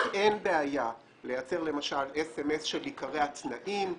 אין בעיה לייצר סמס שייקרא: התנאים,